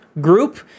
group